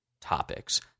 topics